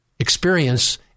experience